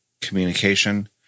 communication